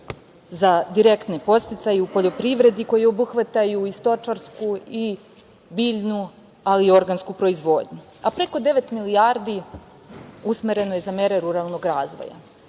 za direktne podsticaje u poljoprivredi koji obuhvataju stočarsku i biljnu, ali i organsku proizvodnju. Preko devet milijardi usmereno je za mere ruralnog razvoja. Takođe,